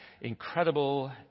incredible